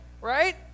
right